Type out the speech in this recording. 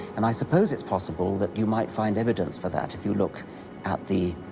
and i suppose it's possible that you might find evidence for that. if you look at the